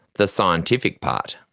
the scientific part.